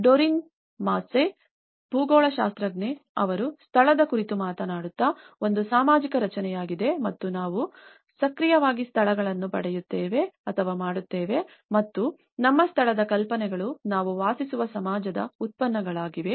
Doreen Massey ಭೂಗೋಳಶಾಸ್ತ್ರಜ್ಞೆ ಅವರು ಸ್ಥಳದ ಕುರಿತು ಮಾತನಾಡುತ್ತಾ ಒಂದು ಸಾಮಾಜಿಕ ರಚನೆಯಾಗಿದೆ ಮತ್ತು ನಾವು ಸಕ್ರಿಯವಾಗಿ ಸ್ಥಳಗಳನ್ನು ಮಾಡುತ್ತೇವೆ ಮತ್ತು ನಮ್ಮ ಸ್ಥಳದ ಕಲ್ಪನೆಗಳು ನಾವು ವಾಸಿಸುವ ಸಮಾಜದ ಉತ್ಪನ್ನಗಳಾಗಿವೆ